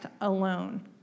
alone